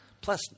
Plus